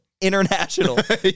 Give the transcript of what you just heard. international